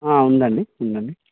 ఉందండి ఉందండి